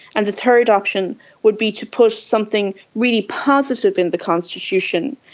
and the third option would be to put something really positive in the constitution,